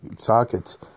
sockets